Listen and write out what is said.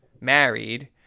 married